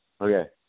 okay